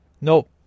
Nope